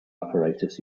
apparatus